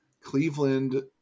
Cleveland